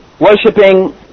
worshipping